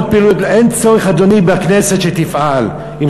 אין צורך בכנסת שתפעל, אדוני.